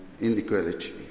inequality